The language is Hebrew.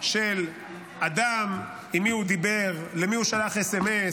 של אדם, עם מי הוא דיבר, למי הוא שלח סמ"ס